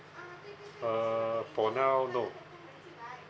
uh for now no